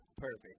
Perfect